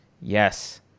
Yes